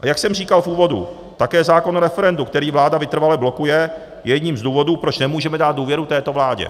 A jak jsem říkal v úvodu, také zákon o referendu, který vláda vytrvale blokuje, je jedním z důvodů, proč nemůžeme dát důvěru této vládě.